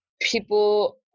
People